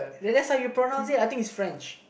that that's how you pronounce it I think it's French